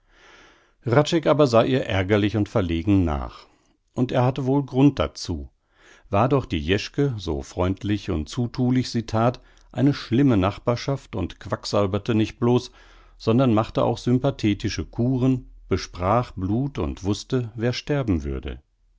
aber sah ihr ärgerlich und verlegen nach und er hatte wohl grund dazu war doch die jeschke so freundlich und zuthulich sie that eine schlimme nachbarschaft und quacksalberte nicht blos sondern machte auch sympathetische kuren besprach blut und wußte wer sterben würde